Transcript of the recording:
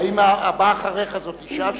האם הבא אחריך, זאת אשה שנכנסת?